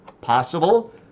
Possible